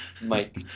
Mike